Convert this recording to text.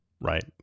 right